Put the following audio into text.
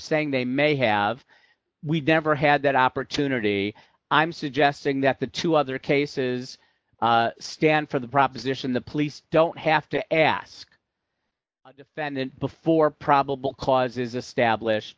saying they may have we never had that opportunity i'm suggesting that the two other cases stand for the proposition the police don't have to ask a defendant before probable cause is established